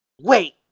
wait